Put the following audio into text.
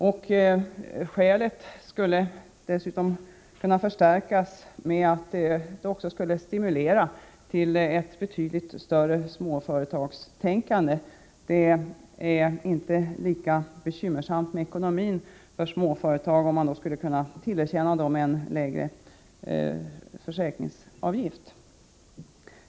Detta skäl skulle dessutom kunna förstärkas med att förslaget också skulle stimulera till ett betydligt större småföretagstänkande. Det är inte lika bekymmersamt med ekonomin för småföretag om de skulle kunna tillerkännas en lägre försäkringsavgift.